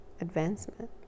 advancement